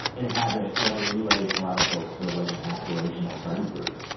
inhabit what, in many ways for a lot of folks, feels like an aspirational friend group.